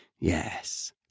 Yes